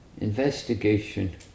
investigation